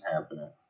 happening